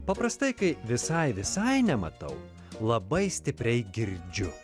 paprastai kai visai visai nematau labai stipriai girdžiu